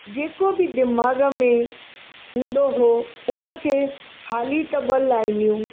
जेको बि दीमाग़ु में हूंदो हो उनखे हाली त ॿ लाइनियूं